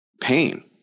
pain